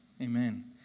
amen